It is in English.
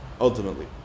ultimately